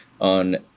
on